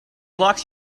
likes